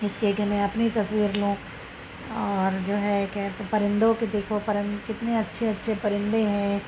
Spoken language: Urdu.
اس کے کہ میں اپنی تصویر لوں اور جو ہے کہ پرندوں کو دیکھو پرند کتنے اچّھے اچّھے پرندیں ہیں